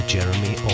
Jeremy